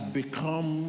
become